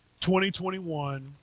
2021